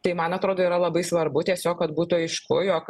tai man atrodo yra labai svarbu tiesiog kad būtų aišku jog